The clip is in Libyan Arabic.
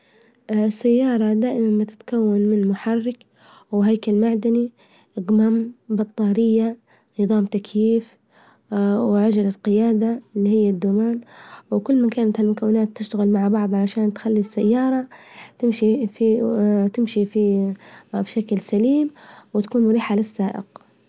السيارة دائما ما تتكون من: محرك، وهيكل معدني، جمم، بطارية، نظام تكييف، وعجلة جيادة إللي هي الظمان، وكل ما كانت المكونات تشتغل مع بعظها عشان تخلي السيارة تمشي في تمشي بشكل سليم وتكون مريحة للسائق.